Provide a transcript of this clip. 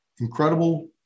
incredible